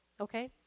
okay